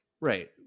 Right